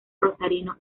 rosarino